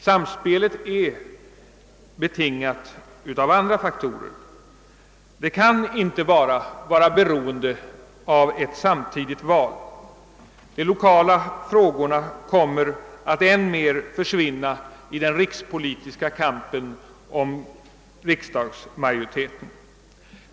Samspelet är betingat av andra faktorer och kan inte vara beroende av ett samtidigt val. De lokala frågorna kommer att än mer försvinna i den rikspolitiska kampen om riksdagsmajoriteten!